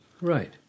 right